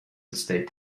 state